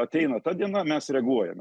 ateina ta diena mes reaguojame